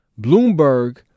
Bloomberg